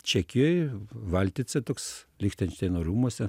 čekijoj valtice toks lichtenšteino rūmuose